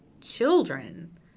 children